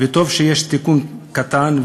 וטוב שיש תיקון קטן,